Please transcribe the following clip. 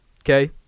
Okay